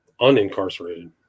unincarcerated